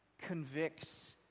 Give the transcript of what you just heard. convicts